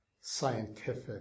scientific